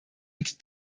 and